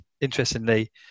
interestingly